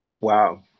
Wow